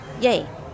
yay